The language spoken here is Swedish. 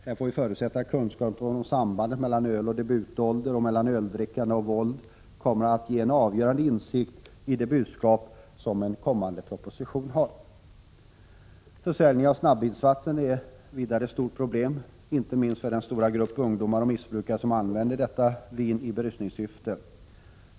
Här får vi förutsätta att kunskapen om sambandet mellan öl och debutålder och mellan öldrickande och våld kommer att ge en avgörande insikt i det budskap en kommande proposition har. Försäljning av snabbvinssatser är vidare ett stort problem, inte minst för den stora grupp ungdomar och missbrukare som använder detta vin i berusningssyfte.